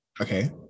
Okay